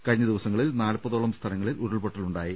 കഴിഞ്ഞ ദിവ സങ്ങളിൽ നാൽപതോളം സ്ഥലങ്ങളിൽ ഉരുൾപൊട്ടലുണ്ടാ യി